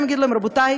ולהגיד להם: רבותי,